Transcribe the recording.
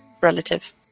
relative